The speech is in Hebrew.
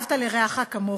ב"אהבת לרעך כמוך".